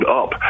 up